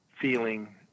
feeling